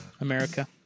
America